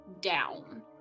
down